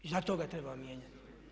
I zato ga treba mijenjati.